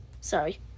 Sorry